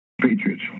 Patriots